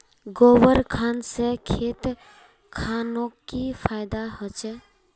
गोबर खान से खेत खानोक की फायदा होछै?